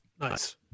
Nice